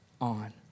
on